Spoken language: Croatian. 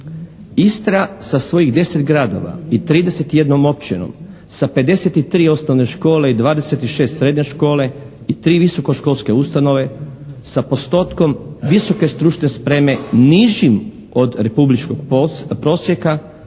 Istra sa svojih 10 gradova i 31 općinom, sa 53 osnovne škole i 26 srednje škole i 3 visokoškolske ustanove sa postotkom visoke stručne spreme nižim od republičkog prosjeka